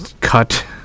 cut